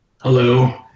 Hello